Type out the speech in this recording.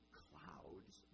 clouds